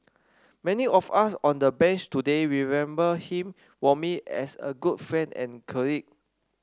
many of us on the Bench today remember him warmly as a good friend and colleague